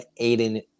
Aiden